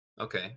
okay